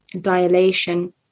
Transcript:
Dilation